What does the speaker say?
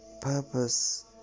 purpose